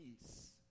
peace